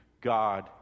God